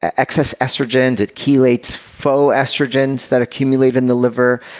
excess estrogens, it chelates faux estrogens that accumulate in the liver.